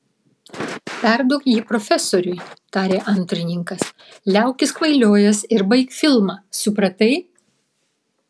perduok jį profesoriui tarė antrininkas liaukis kvailiojęs ir baik filmą supratai